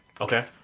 Okay